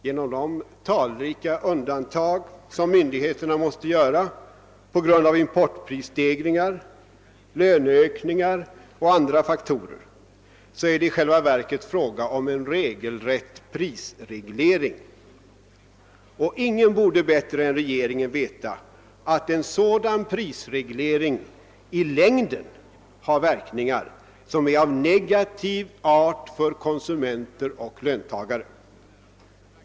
Genom de talrika undantag som myndigheterna måste göra på grund av importprisstegringar, löneökningar och andra faktorer är det i själva verket fråga om en regelrätt prisreglering, och ingen borde bättre än regeringen veta att en sådan prisreglering i längden har negativa verkningar för konsumenter och lön tagare.